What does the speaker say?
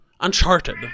Uncharted